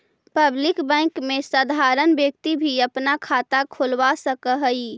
public bank में साधारण व्यक्ति भी अपना खाता खोलवा सकऽ हइ